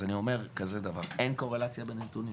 אז אני אומר כזה דבר, אין קורלציה בין הנתונים.